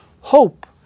hope